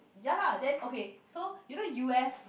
ya lah then okay so you know U_S